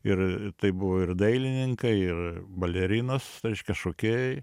ir tai buvo ir dailininkai ir balerinos reiškia šokėjai